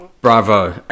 Bravo